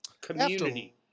community